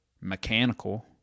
mechanical